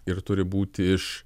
ir turi būti iš